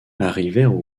arrivèrent